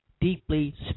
deeply